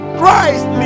Christ